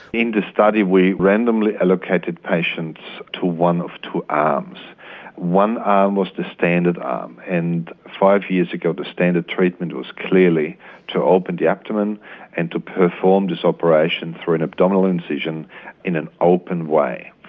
in the study we randomly allocated patients to one of two arms one arm was the standard arm, and five years ago the standard treatment was clearly to open the abdomen and to perform this operation through an abdominal incision in an open way.